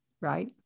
Right